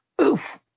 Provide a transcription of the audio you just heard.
Oof